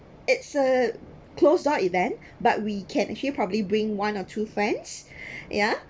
it's a closed door event but we can actually probably bring one or two friends ya